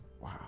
Wow